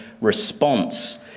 response